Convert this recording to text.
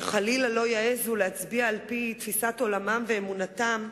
שחלילה לא יעזו להצביע על-פי תפיסת עולמם ואמונתם?